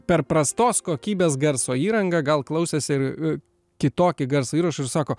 per prastos kokybės garso įrangą gal klausės ir i kitokį garso įrašą ir sako